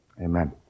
Amen